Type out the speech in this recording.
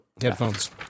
headphones